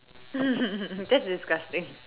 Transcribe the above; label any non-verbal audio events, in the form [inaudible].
[laughs] that's disgusting